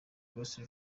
claus